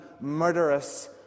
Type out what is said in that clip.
murderous